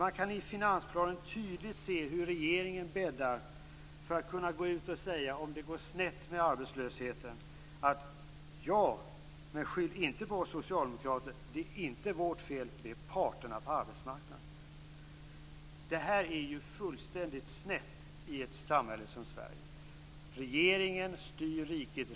Man kan i finansplanen tydligt se hur regeringen bäddar för att kunna säga om det går snett med arbetslösheten: "Ja, men skyll inte på oss socialdemokrater. Det är inte vårt fel. Det är parterna på arbetsmarknaden." Detta är fullständigt snett i ett samhälle som Sverige. Regeringen styr riket.